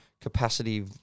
capacity